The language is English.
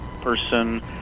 person